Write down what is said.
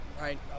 right